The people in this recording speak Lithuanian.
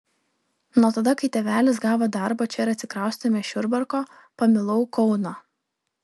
nuo tada kai tėvelis gavo darbą čia ir atsikraustėme iš jurbarko pamilau kauną